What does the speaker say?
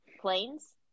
planes